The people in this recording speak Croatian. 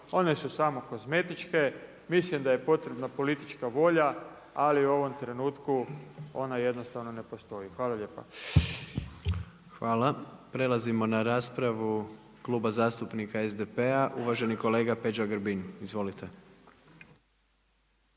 one su samo kozmetičke, mislim da je potreban politička volja ali u ovom trenutku ona jednostavno ne postoji. Hvala lijepa. **Jandroković, Gordan (HDZ)** Hvala. Prelazimo na raspravu Kluba zastupnika SDP-a, uvaženi kolega Peđa Grbin. Izvolite.